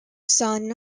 son